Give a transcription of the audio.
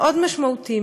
מאוד משמעותי,